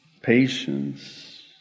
patience